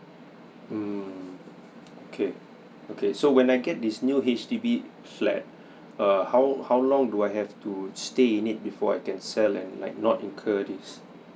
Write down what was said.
mm okay okay so when I get this new H_D_B flat err how how long do I have to stay in it before I can sell and like not incur this